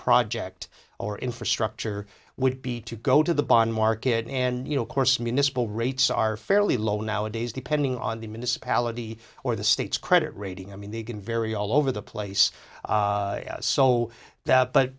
project or infrastructure would be to go to the bond market and you know of course municipal rates are fairly low nowadays depending on the municipality or the state's credit rating i mean they can vary all over the place so that but